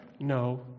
No